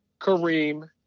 Kareem